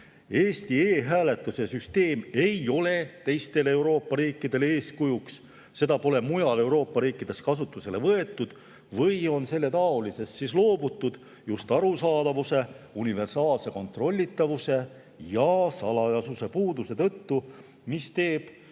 Eesti e‑hääletuse süsteem ei ole teistele Euroopa riikidele eeskujuks. Seda pole mujal Euroopa riikides kasutusele võetud või on selletaolisest [süsteemist] loobutud just arusaadavuse, universaalse kontrollitavuse ja salajasuse puudumise tõttu, mis teeb